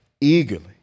Eagerly